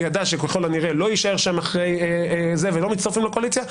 הוא ידע שככל הנראה לא יישאר שם אחרי כן ולא מצטרפים לקואליציה.